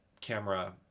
camera